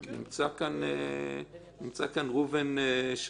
נמצא פה ראובן שלום,